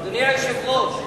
אדוני היושב-ראש,